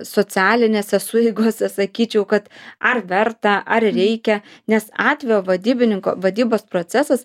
socialinėse sueigose sakyčiau kad ar verta ar reikia nes atvejo vadybininko vadybos procesas